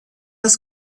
das